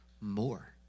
more